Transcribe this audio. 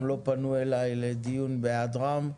גם לא פנו אלי לדיון בהעדרם,